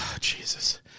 Jesus